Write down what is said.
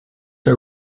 are